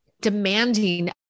demanding